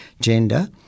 gender